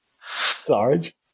Sorry